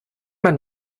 man